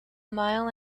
mile